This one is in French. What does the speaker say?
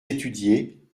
étudier